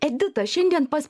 edita šiandien pas